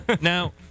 Now